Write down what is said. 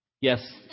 Yes